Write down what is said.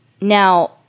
Now